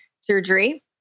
surgery